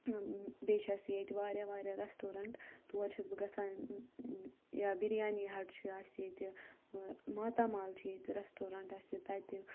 بیٚیہِ چھِ اَسہِ ییٚتہِ واریاہ واریاہ رسٹورَنٛٹ تور چھَس بہٕ گژھان یا بِریانی ہَٹ چھُ اَسہِ ییٚتہِ ماتامال چھِ ییٚتہِ رسٹورَنٛٹ اَسہِ تَتہِ